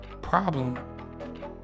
problem